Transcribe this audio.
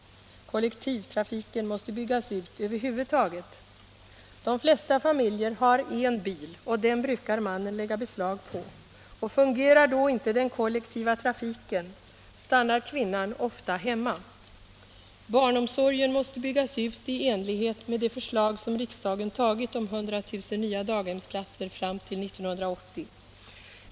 Kollektivtrafiken måste byggas ut över huvud taget. De flesta familjer har en bil och den brukar mannen lägga beslag på. Fungerar då inte den kollektiva trafiken stannar kvinnan ofta hemma. Barnomsorgen måste byggas ut i enlighet med de förslag som riksdagen tagit om 100000 nya daghemsplatser fram till år 1980.